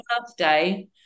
birthday